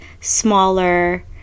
smaller